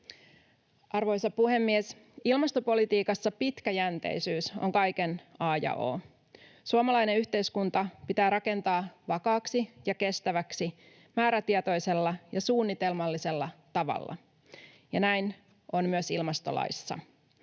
Arvoisa puhemies! Ilmastopolitiikassa pitkäjänteisyys on kaiken a ja o. Suomalainen yhteiskunta pitää rakentaa vakaaksi ja kestäväksi määrätietoisella ja suunnitelmallisella tavalla, ja näin on myös ilmastolaissa.